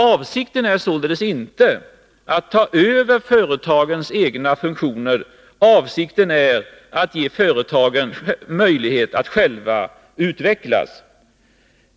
Avsikten är således inte att ta över företagens egna funktioner — avsikten är att ge företagen möjlighet att själva utvecklas.